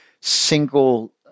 single